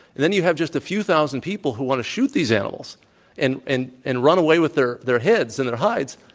then you have just the few thousand people who want to shoot these animals and and and run away with their their heads and their hides.